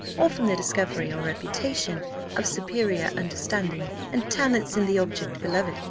or from the discovery or reputation of superior understanding and talents in the object beloved,